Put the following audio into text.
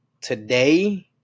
today